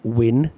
win